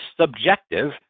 subjective